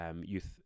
youth